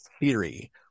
Theory